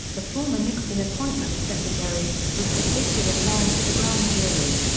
the former nixon appointments secretary, was convicted of lying to the grand jury.